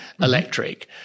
electric